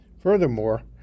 Furthermore